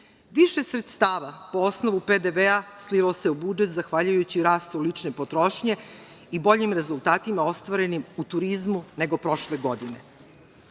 sredstava po osnovu PDV, slilo se u budžet zahvaljujući rastu lične potrošnje i boljim rezultatima ostvarenim u turizmu nego prošle godine. Kada